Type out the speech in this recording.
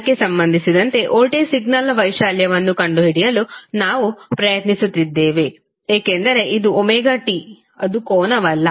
ಕೋನಕ್ಕೆ ಸಂಬಂಧಿಸಿದಂತೆ ವೋಲ್ಟೇಜ್ ಸಿಗ್ನಲ್ನ ವೈಶಾಲ್ಯವನ್ನು ಕಂಡುಹಿಡಿಯಲು ನಾವು ಪ್ರಯತ್ನಿಸುತ್ತಿದ್ದೇವೆ ಏಕೆಂದರೆ ಇದು t ಅದು ಕೋನವಲ್ಲ